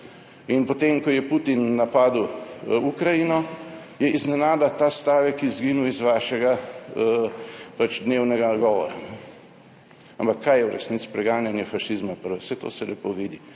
In potem ko je Putin napadel Ukrajino, je iznenada ta stavek izginil iz vašega dnevnega govora. Ampak kaj je v resnici preganjanje fašizma pri vas? Saj to se lepo vidi